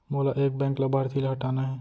मोला एक बैंक लाभार्थी ल हटाना हे?